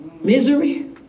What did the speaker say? Misery